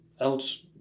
else